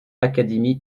académies